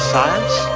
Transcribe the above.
Science